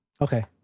Okay